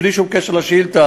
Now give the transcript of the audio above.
בלי שום קשר לשאילתה,